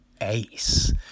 ace